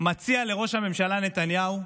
מציע לראש הממשלה נתניהו: